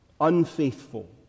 unfaithful